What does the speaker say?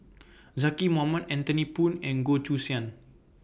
Zaqy Mohamad Anthony Poon and Goh Choo San